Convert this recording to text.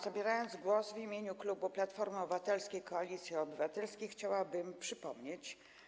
Zabierając głos w imieniu klubu Platformy Obywatelskiej - Koalicji Obywatelskiej, chciałabym zacząć od przypomnienia.